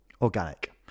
organic